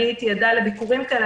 הייתי עדה לביקורים כאלה,